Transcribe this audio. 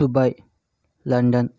Dubai London